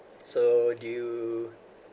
so do you